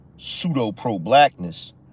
pseudo-pro-blackness